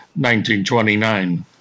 1929